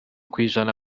kw’ijana